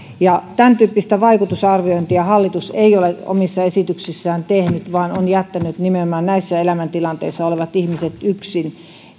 tämäntyyppistä vaikutusarviointia hallitus ei ole omissa esityksissään tehnyt vaan on jättänyt nimenomaan näissä elämäntilanteissa olevat ihmiset yksin